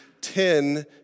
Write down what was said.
Ten